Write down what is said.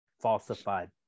falsified